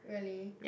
really